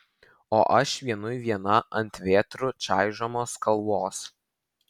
o aš vienui viena ant vėtrų čaižomos kalvos